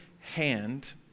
hand